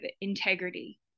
integrity